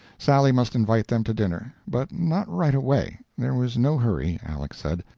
sally must invite them to dinner. but not right away there was no hurry, aleck said.